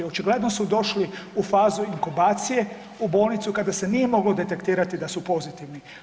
Očigledno su došli u fazu inkubacije u bolnicu kada se nije moglo detektirati da su pozitivni.